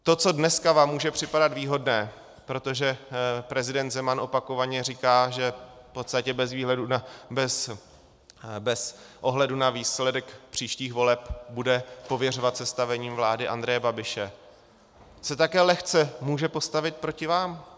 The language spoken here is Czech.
To, co dneska vám může připadat výhodné, protože prezident Zeman opakovaně říká, že v podstatě bez ohledu na výsledek příštích voleb bude pověřovat sestavením vlády Andreje Babiše, se také lehce může postavit proti vám.